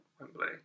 Wembley